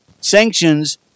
sanctions